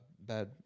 bad